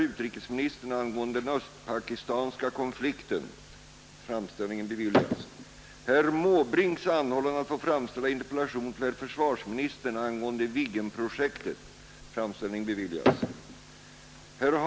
Misstankar framkastas om medveten fördröjning av abortingrepp för att få så stora forskningsfoster som möjligt.